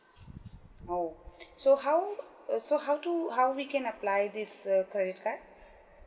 oh so how uh so how to how we can apply this uh credit card